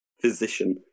physician